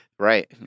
Right